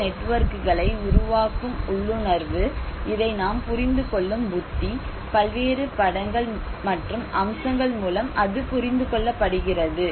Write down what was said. இந்த நெட்வொர்க்குகளை உருவாக்கும் உள்ளுணர்வு இதை நாம் புரிந்துகொள்ளும் புத்திபல்வேறு படங்கள் மற்றும் அம்சங்கள் மூலம் அது புரிந்து கொள்ளப்படுகிறது